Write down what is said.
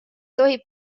tohib